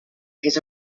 his